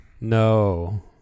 no